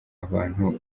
abantu